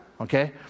Okay